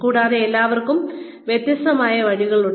കൂടാതെ എല്ലാവർക്കും വ്യത്യസ്തമായ വഴികളുണ്ട്